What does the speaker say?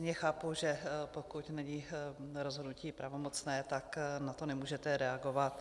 Chápu, že pokud není rozhodnutí pravomocné, tak na to nemůžete reagovat.